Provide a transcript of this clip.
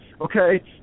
okay